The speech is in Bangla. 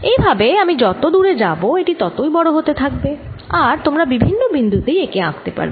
এই ভাবে আমি যত দূরে যাবো এটি ততই বড় হতে থাকবে আর তোমরা বিভিন্ন বিন্দু তেই একে আঁকতে পারবে